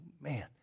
man